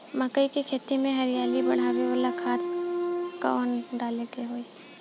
मकई के खेती में हरियाली बढ़ावेला कवन खाद डाले के होई?